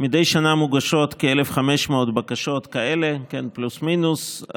מדי שנה מוגשות כ-1,500 בקשות כאלה, פלוס מינוס.